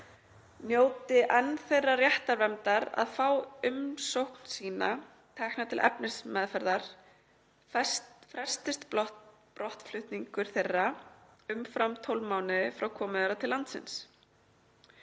njóti enn þeirrar réttarverndar að fá umsókn sína tekna til efnismeðferðar frestist brottflutningur þeirra umfram 12 mánuði frá komu þeirra til landsins.“